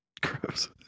Gross